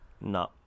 No